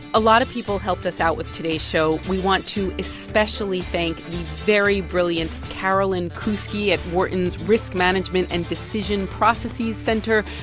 a lot of people helped us out with today's show we want to especially thank the very brilliant carolyn kousky of wharton risk management and decision processes center,